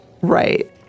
Right